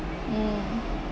mm